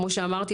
כמו שאמרתי,